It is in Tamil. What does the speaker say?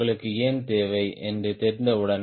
உங்களுக்கு ஏன் தேவை என்று தெரிந்தவுடன்